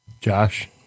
Josh